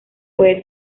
puede